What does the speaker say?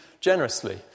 generously